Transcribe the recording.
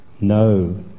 No